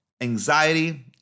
Anxiety